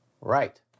Right